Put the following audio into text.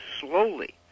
slowly